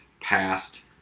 past